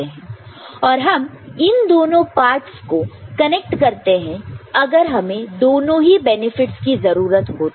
और हम इन दोनों पार्ट को कनेक्ट करते हैं अगर हमें दोनों ही बेनिफिट्स की जरूरत हो तो